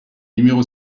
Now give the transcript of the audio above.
numéro